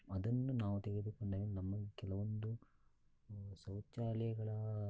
ಅದನ್ನು ನಾವು ತೆಗೆದುಕೊಂಡರೆ ನಮ್ಮ ಕೆಲವೊಂದು ಶೌಚಾಲಯಗಳ